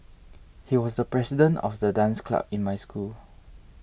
he was the president of the dance club in my school